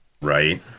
right